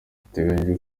biteganyijwe